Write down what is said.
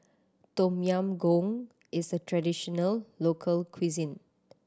Tom Yam Goong is a traditional local cuisine